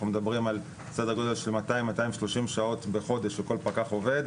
מדברים על סדר גודל של 200-230 שעות לחודש שכל פקח עובד,